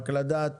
רק לדעת